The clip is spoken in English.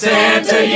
Santa